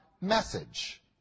message